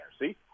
see